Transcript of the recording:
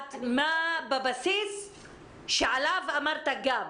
לדעת מה הבסיס שעליו אמרת גם.